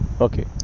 Okay